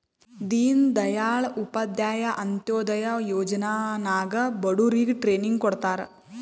ದೀನ್ ದಯಾಳ್ ಉಪಾಧ್ಯಾಯ ಅಂತ್ಯೋದಯ ಯೋಜನಾ ನಾಗ್ ಬಡುರಿಗ್ ಟ್ರೈನಿಂಗ್ ಕೊಡ್ತಾರ್